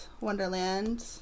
Wonderland